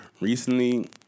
Recently